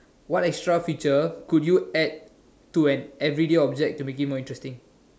what extra picture could you add to an everyday object to make it more interesting